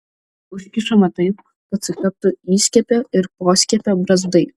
užkišama taip kad sutaptų įskiepio ir poskiepio brazdai